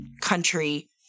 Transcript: country